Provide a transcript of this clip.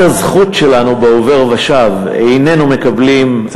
על יתרת הזכות שלנו בעובר ושב איננו מקבלים דבר,